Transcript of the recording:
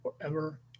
forever